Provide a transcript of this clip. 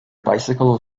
bycicle